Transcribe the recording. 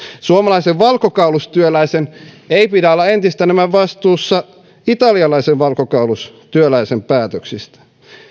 suomalaisen valkokaulustyöläisen ei pidä olla entistä enemmän vastuussa italialaisen valkokaulustyöläisen päätöksistä